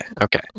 okay